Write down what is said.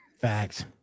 Facts